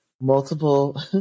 multiple